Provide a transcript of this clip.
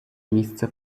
місце